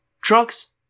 Trucks